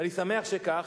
ואני שמח שכך,